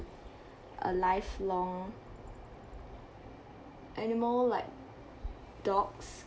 a lifelong animal like dogs